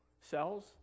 cells